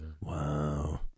wow